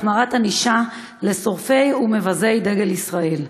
החמרת הענישה של שורפים ומבזים את דגל ישראל.